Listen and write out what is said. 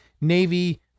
Navy